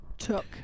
took